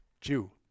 Jew